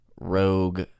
rogue